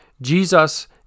Jesus